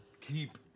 keep